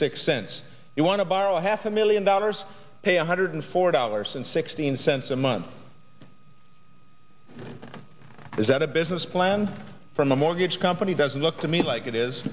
six cents you want to borrow half a million dollars pay one hundred four dollars and sixteen cents a month is that a business plan from a mortgage company doesn't look to me like it is